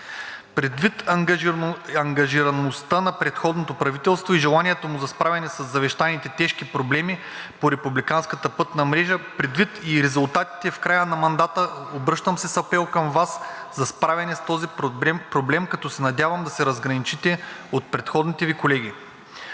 Предвид ангажираността на предходното правителство и желанието му за справяне със завещаните тежки проблеми по републиканската пътна мрежа, предвид и резултатите в края на мандата, обръщам се с апел към Вас за справяне с този проблем, като се надявам да се разграничите от предходните Ви колеги.